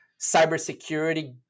cybersecurity